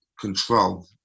control